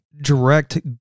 direct